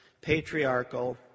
patriarchal